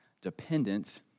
dependence